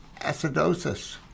Acidosis